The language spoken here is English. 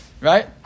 right